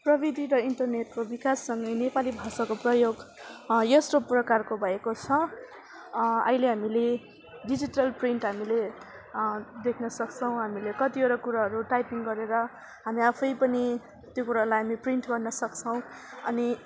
प्रविधि र इन्टरनेटको विकाससँगै नेपाली भाषाको प्रयोग यस्तो प्रकारको भएको छ अहिले हामीले डिजिटल प्रिन्ट हामीले देख्न सक्छौँ हामीले कतिवटा कुराहरू टाइपिङ गरेर हामी आफै पनि त्यो कुरालाई हामी प्रिन्ट गर्न सक्छौँ अनि